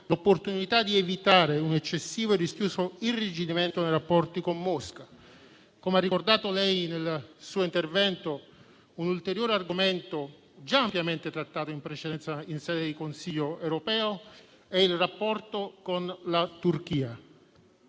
l'opportunità di evitare un eccessivo e rischioso irrigidimento nei rapporti con Mosca. Come ha ricordato nel suo intervento, un ulteriore argomento già ampiamente trattato in precedenza in sede di Consiglio europeo è il rapporto con la Turchia.